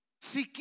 si